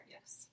Yes